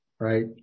Right